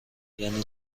یعنی